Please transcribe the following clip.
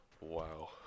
wow